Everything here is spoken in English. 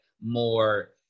more